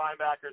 linebackers